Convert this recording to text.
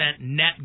net